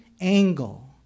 angle